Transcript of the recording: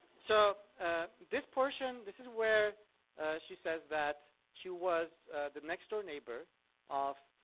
so this portion this is where she says that she was the next door neighbor of